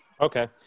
Okay